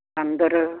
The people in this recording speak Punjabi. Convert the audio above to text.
ਬਾਂਦਰ